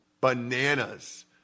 bananas